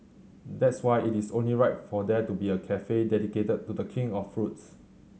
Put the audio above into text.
that's why it is only right for there to be a cafe dedicated to The King of fruits